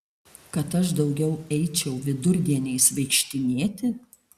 kad aš daugiau eičiau vidurdieniais vaikštinėti